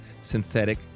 synthetic